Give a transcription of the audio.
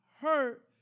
hurt